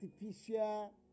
artificial